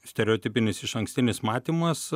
stereotipinis išankstinis matymas